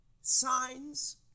signs